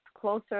closer